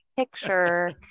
Picture